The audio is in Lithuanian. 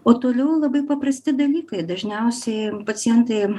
o toliau labai paprasti dalykai dažniausiai pacientai